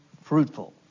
fruitful